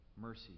Mercy